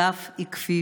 הגב נכפף,